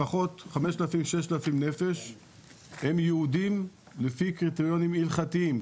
לפחות 5000-6000 נפש הם יהודים לפי קריטריונים הלכתיים.